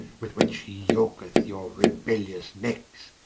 with which he yoaketh your rebellious neckes,